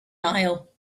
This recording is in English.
aisle